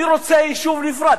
אני רוצה יישוב נפרד.